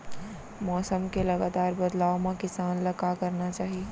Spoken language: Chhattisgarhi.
मौसम के लगातार बदलाव मा किसान ला का करना चाही?